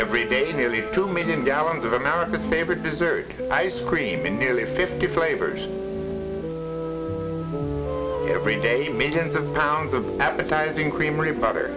every day nearly two million gallons of america's favorite dessert ice cream in nearly fifty flavors every day millions of pounds of appetizing